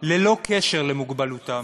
ללא קשר למוגבלותם